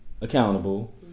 accountable